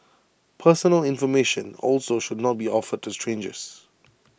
personal information also should not be offered to strangers